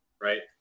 right